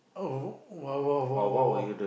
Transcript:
oh !wow! !wow! !wow! !wow! !wow!